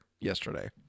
yesterday